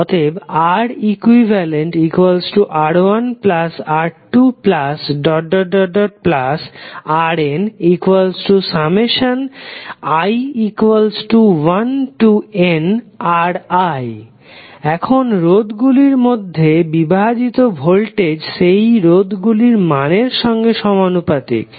ReqR1R2Rni1nRi এখন রোধগুলির মধ্যে বিভাজিত ভোল্টেজ সেই রোধ গুলির মানের সঙ্গে সমানুপাতিক